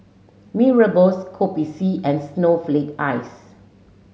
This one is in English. Mee Rebus Kopi C and snowflake ice